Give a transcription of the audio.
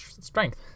strength